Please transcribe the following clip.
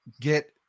get